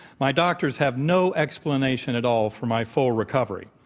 my doctors have no explanation at all for my full recovery.